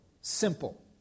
simple